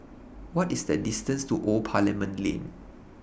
What IS The distance to Old Parliament Lane